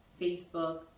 Facebook